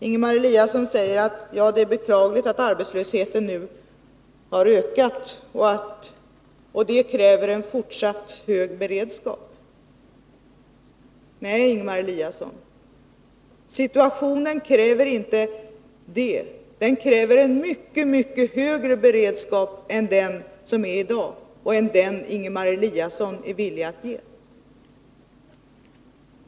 Ingemar Eliasson säger att det är beklagligt att arbetslösheten nu har ökat och att det kräver en fortsatt hög beredskap. Nej, Ingemar Eliasson, situationen kräver inte det — den kräver en mycket högre beredskap än den som är i dag och än den som Ingemar Eliasson är villig att ge.